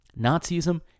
Nazism